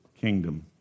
kingdom